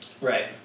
Right